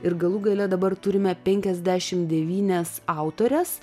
ir galų gale dabar turime penkiasdešim devynias autores